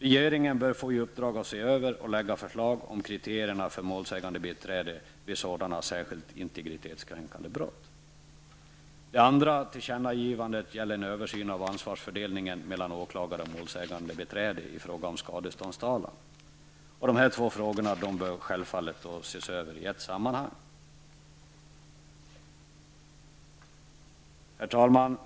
Regeringen bör få i uppdrag att se över och lägga förslag om kriterierna för målsägandebiträde vid sådana särskilt integritetskränkande brott. Det andra tillkännagivandet gäller en översyn av ansvarsfördelningen mellan åklagare och målsägandebiträde i fråga om skadeståndstalan. Dessa två frågor bör självfallet ses över i ett sammanhang. Herr talman!